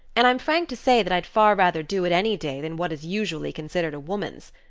and i'm frank to say that i'd far rather do it any day, than what is usually considered a woman's.